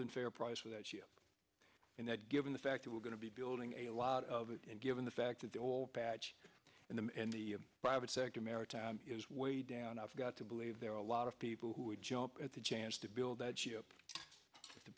than fair price for that ship in that given the fact that we're going to be building a lot of it and given the fact that the whole batch and the private sector maritime is way down i've got to believe there are a lot of people who would jump at the chance to build that ship the